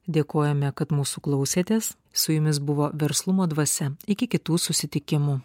dėkojame kad mūsų klausėtės su jumis buvo verslumo dvasia iki kitų susitikimų